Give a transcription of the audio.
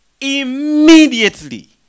Immediately